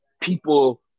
people